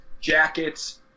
jackets